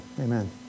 amen